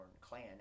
clan